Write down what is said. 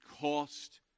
cost